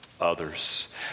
Others